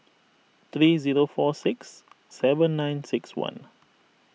three zero four six seven nine six one